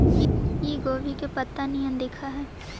इ गोभी के पतत्ता निअन दिखऽ हइ